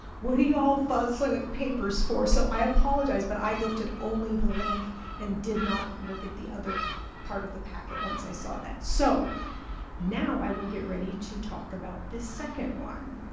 what are you all fussing with the papers for so i apologize but i looked at only the link and did not look at the other part of the packet once i saw that so now i will get ready to talk about this second one